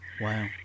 Wow